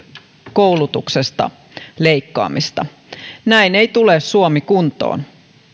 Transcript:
koulutuksesta leikkaamista näin ei tule suomi kuntoon